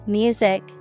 music